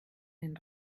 den